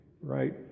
right